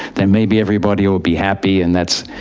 then maybe everybody will be happy and that's.